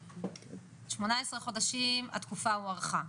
18 חודשים - התקופה הוארכה.